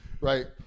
right